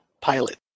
pilot